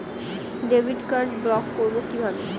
Debit card block করব কিভাবে?